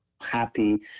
happy